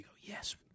Yes